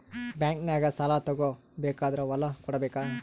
ಬ್ಯಾಂಕ್ನಾಗ ಸಾಲ ತಗೋ ಬೇಕಾದ್ರ್ ಹೊಲ ಕೊಡಬೇಕಾ?